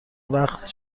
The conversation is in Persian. وقت